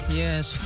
yes